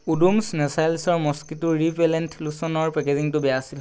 ওডোম'ছ নেচাৰেলছৰ mosquito repellent লোচনৰ পেকেজিঙটো বেয়া আছিল